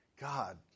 God